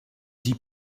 dis